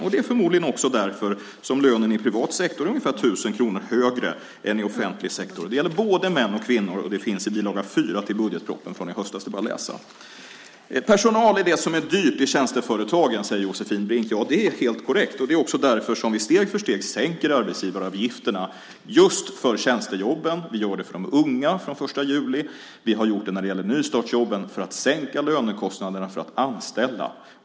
Det är förmodligen också därför som lönen i privat sektor är ungefär 1 000 kronor högre än i offentlig sektor. Det gäller både män och kvinnor, och det finns i bil. 4 till budgetpropositionen från i höstas. Det är bara att läsa. Personal är det som är dyrt i tjänsteföretagen, säger Josefin Brink. Ja, det är helt korrekt. Det är också därför som vi steg för steg sänker arbetsgivaravgifterna just för tjänstejobben. Vi gör det för de unga från den 1 juli. Vi har gjort det när det gäller nystartsjobben. Vi vill sänka lönekostnaderna för att anställa.